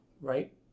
right